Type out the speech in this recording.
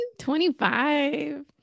25